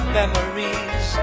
memories